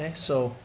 yeah so,